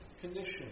condition